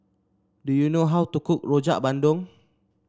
do you know how to cook Rojak Bandung